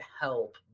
help